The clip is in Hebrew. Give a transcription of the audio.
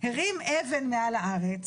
הרים אבן מעל הארץ,